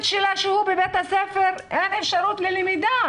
שלה שהוא בבית הספר אין אפשרות ללמידה?